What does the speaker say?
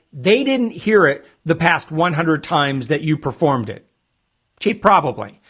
they didn't hear it the past one hundred times that you performed it cheap probably,